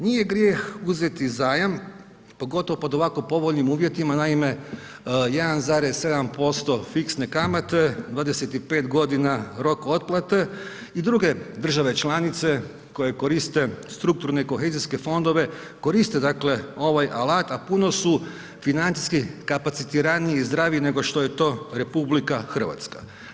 Nije grijeh uzeti zajam, pogotovo po ovako povoljnim uvjetima, naime, 1,7% fiksne kamate, 25 godina rok otplate, I druge države članice koje koriste strukturne kohezijske fondove, koriste dakle ovaj alat, a puno su financijski kapacitiraniji i zdraviji nego što je to RH.